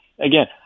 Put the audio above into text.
again